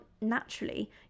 naturally